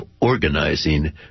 organizing